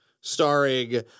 starring